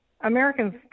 Americans